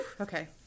okay